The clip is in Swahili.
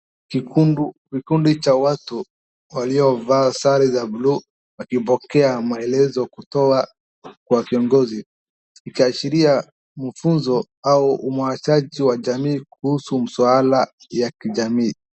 Kikundi cha watu waliovaa sare za buluu wakipokea maelezo kutoka kwa kiongozi. Ikiashiria mafunzo au umwachaji wa jamii kuhusu maswala ya kijani.